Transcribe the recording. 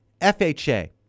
FHA